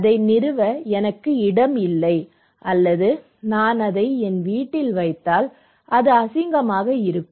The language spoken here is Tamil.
அதை நிறுவ எனக்கு இடம் இல்லை அல்லது நான் அதை என் வீட்டில் வைத்தால் அது அசிங்கமாக இருக்கும்